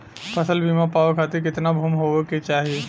फ़सल बीमा पावे खाती कितना भूमि होवे के चाही?